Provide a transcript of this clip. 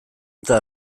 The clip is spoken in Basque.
eta